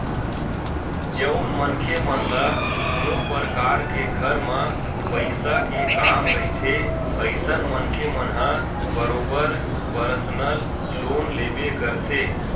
जउन मनखे मन ल कोनो परकार के घर म पइसा के काम रहिथे अइसन मनखे मन ह बरोबर परसनल लोन लेबे करथे